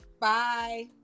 Bye